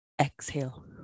Exhale